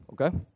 okay